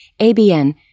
ABN